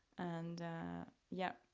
and yeah,